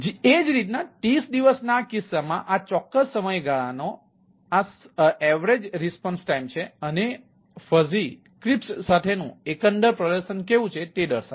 એ જ રીતે 30 દિવસના આ કિસ્સામાં આ ચોક્કસ સમયગાળાનો આ સરેરાશ પ્રતિસાદ છે અને ફઝી ક્રિસ્પસાથેનું એકંદર પ્રદર્શન કેવું છે તે દર્શાવે છે